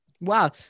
Wow